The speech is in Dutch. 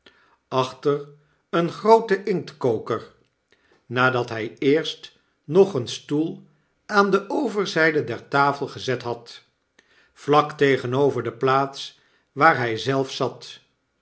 achter een grooten inktkoker nadat hy eerst nog een stoel aan de overzyde der tafel gezet had vlak tegenover de plaats waar hy zdf zat